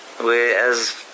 Whereas